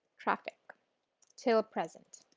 traffic till present.